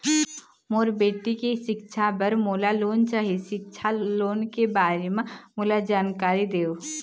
मोर बेटी के सिक्छा पर मोला लोन चाही सिक्छा लोन के बारे म मोला जानकारी देव?